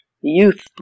youth